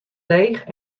leech